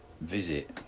visit